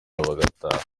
bagataha